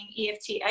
EFT